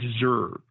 deserve